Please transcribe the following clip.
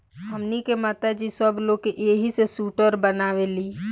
हमनी के माता जी सब लोग के एही से सूटर बनावेली